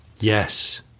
yes